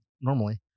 normally